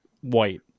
white